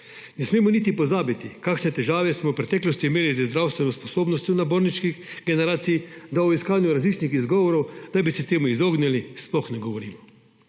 Ne smemo niti pozabiti, kakšne težave smo v preteklosti imeli z zdravstveno sposobnostjo naborniških generacij, da o iskanju različnih izgovorov, da bi se temu izognili, sploh ne govorimo.